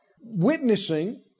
witnessing